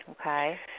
Okay